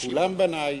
כולם היו שרי, כולם בני,